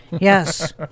Yes